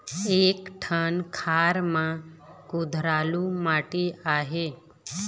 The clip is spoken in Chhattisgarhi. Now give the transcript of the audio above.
एक ठन खार म कुधरालू माटी आहे?